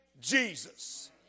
Jesus